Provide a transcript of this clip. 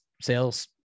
sales